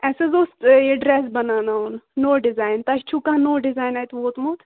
اَسہِ حظ اوس یہِ ڈرٛٮ۪س بَناوناوُن نوٚو ڈِزایِن تۄہہِ چھُو کانٛہہ نوٚو ڈِزایِن اَتہِ ووٚتمُت